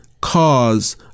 cause